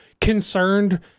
concerned